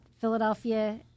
philadelphia